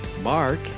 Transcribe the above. mark